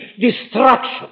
destruction